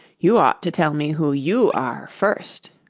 you ought to tell me who you are, first